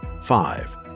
Five